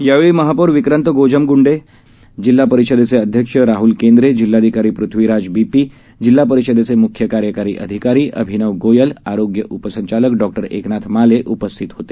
यावेळी महापौर विक्रांत गोजमग्ंडे जिल्हा परिषदेचे अध्यक्ष राहूल केंद्रे जिल्हाधिकारी पृथ्वीराज बी पी जिल्हा परिषदेचे मुख्यकार्यकारी अधिकारी अभिनव गोयल आरोग्य उपसंचालक डॉ एकनाथ माले उपस्थित होते